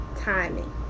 timing